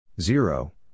zero